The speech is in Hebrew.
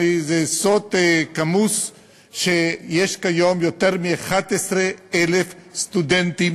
זה סוד כמוס שיש כיום יותר מ-11,000 סטודנטים